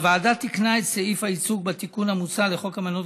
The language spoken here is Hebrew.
הוועדה תיקנה את סעיף הייצוג בתיקון המוצע לחוק אמנות